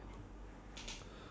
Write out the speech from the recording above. working near it